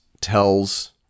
tells